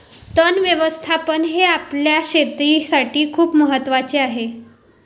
तण व्यवस्थापन हे आपल्या शेतीसाठी खूप महत्वाचे आहे